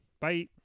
Bye